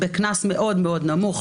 קנס בסכום מאוד מאוד נמוך,